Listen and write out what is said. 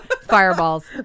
fireballs